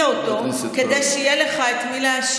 הנתונים שאת אומרת הם לא מזויפים כמו,